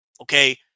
okay